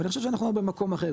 ואני חושב שאנחנו היום במקום אחר,